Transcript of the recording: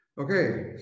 Okay